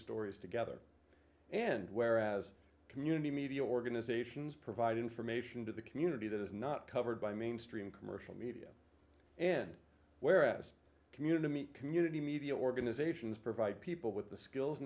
stories together and whereas community media organizations provide information to the community that is not covered by mainstream commercial media and whereas community meet community media organizations provide people with the skills